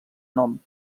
nom